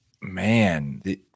man